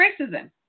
racism